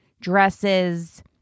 dresses